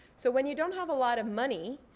so when you don't have a lot of money,